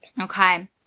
Okay